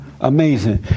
Amazing